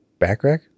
backrack